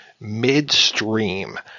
midstream